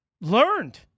learned